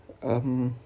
um